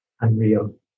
Unreal